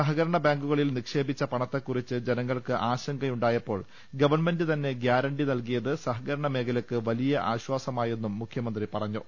സഹകരണ ബാങ്കുകളിൽ നിക്ഷേപിച്ച പണ ത്തെക്കുറിച്ച് ജനങ്ങൾക്ക് ആശങ്കയുണ്ടായപ്പോൾ ഗവൺമെന്റ് തന്നെ ഗ്യാരണ്ടി നൽകിയത് സഹകരണ മേഖലയ്ക്ക് വലിയ ആശ്ചാസമായെന്നും മുഖ്യമന്ത്രി പറ്ഞു